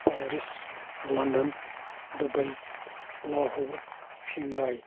Paris London Dubai Lahore Shanghai